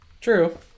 True